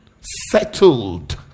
settled